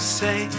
say